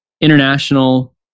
International